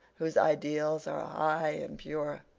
whose ideals are high and pure,